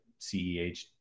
CEH